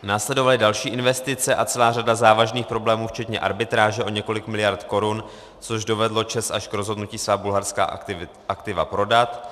Následovaly další investice a celá řada závažných problémů včetně arbitráže o několik miliard korun, což dovedlo ČEZ až k rozhodnutí svá bulharská aktiva prodat.